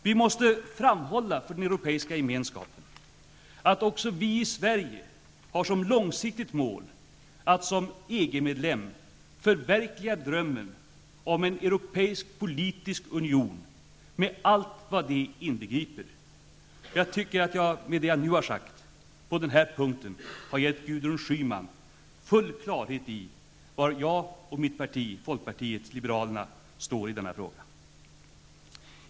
Vi måste framhålla för den Europeiska gemenskapen att också vi i Sverige har som långsiktigt mål att som EG-medlem förverkliga drömmen om en europeisk politisk union, med allt vad det inbegriper. Jag tycker att jag med detta har gett Gudrun Schyman full klarhet i var folkpartiet liberalerna och jag står i denna fråga.